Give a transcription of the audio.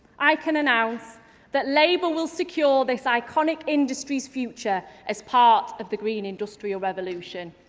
i can announce that labour will secure this iconic industry's future as part of the green industrial revolution.